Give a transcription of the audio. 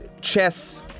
chess